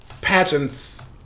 pageants